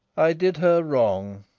i did her wrong